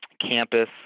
campus